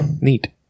Neat